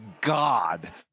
God